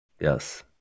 Yes